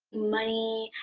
money,